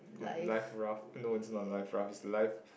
life raft no it's not life raft it's life